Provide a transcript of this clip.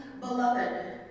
beloved